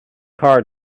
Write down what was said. car